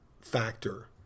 factor